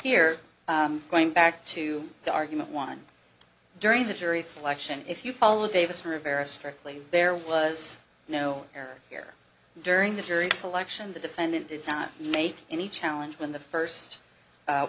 here going back to the argument won during the jury selection if you follow davis rivera strictly there was no error here during the jury selection the defendant did not make any challenge when the first